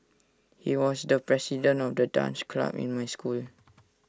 he was the president of the dance club in my school